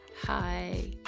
Hi